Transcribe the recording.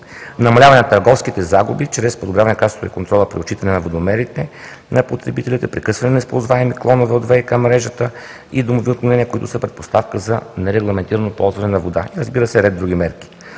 намаляването на търговските загуби чрез подобряване качеството и контрола при отчитането на водомерите на потребителите, прекъсване на неизползваеми клонове от ВиК мрежата и домови отклонения, които са предпоставка за нерегламентирано ползване на вода. Разбира се, ред други мерки.